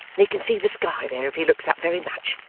and he can see the sky there, if he looks up very much.